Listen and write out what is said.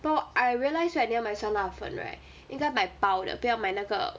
but I realize right 你要买酸辣粉 right 应该买包的不要买那个